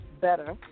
better